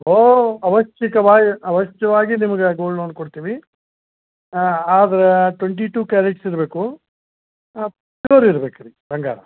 ಹೋ ಅವಶ್ಯಕವಾಗಿ ಅವಶ್ಯವಾಗಿ ನಿಮ್ಗೆ ಗೋಲ್ಡ್ ಲೋನ್ ಕೊಡ್ತೀವಿ ಹಾಂ ಆದರೆ ಟ್ವೆಂಟಿ ಟು ಕ್ಯಾರೆಟ್ಸ್ ಇರಬೇಕು ಪ್ಯೂರ್ ಇರ್ಬೇಕು ರೀ ಬಂಗಾರ